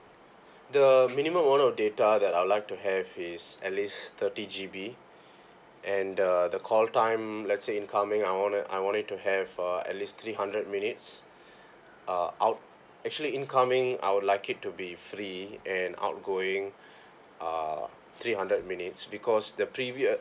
the minimum amount of data that I'd like to have is at least thirty G_B and the the call time let's say incoming I want it I want it to have uh at least three hundred minutes uh out actually incoming I would like it to be free and outgoing uh three hundred minutes because the previous